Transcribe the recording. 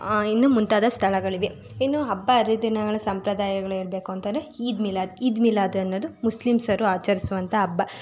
ಇನ್ನೂ ಮುಂತಾದ ಸ್ಥಳಗಳಿವೆ ಇನ್ನು ಹಬ್ಬ ಹರಿದಿನಗಳ ಸಂಪ್ರದಾಯಗಳು ಹೇಳಬೇಕು ಅಂತಂದರೆ ಈದ್ ಮಿಲಾದ್ ಈದ್ ಮಿಲಾದ್ ಅನ್ನೋದು ಮುಸ್ಲಿಮ್ಸರು ಆಚರಿಸುವಂಥ ಹಬ್ಬ